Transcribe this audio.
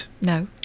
No